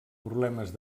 problemes